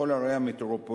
בכל ערי המטרופולין,